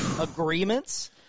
agreements